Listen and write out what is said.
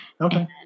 Okay